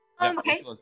Okay